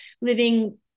living